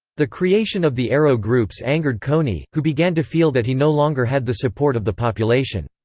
the creation of the arrow groups angered kony, who began to feel that he no longer had the support of the population.